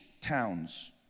towns